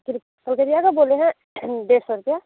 फिर कलकतिया का बोले हैं डेढ़ सौ रुपया